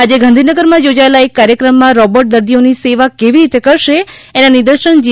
આજે ગાંધીનગરમાં યોજાયેલા એક કાર્યક્રમમાં રોબોટ દર્દીઓની સેવા કેવી રીતે કરશે એના નિર્દશન જી